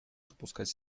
допускать